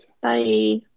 Bye